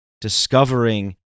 discovering